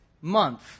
month